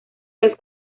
los